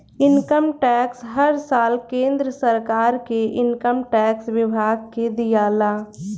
income tax हर साल केंद्र सरकार के इनकम टैक्स विभाग के दियाला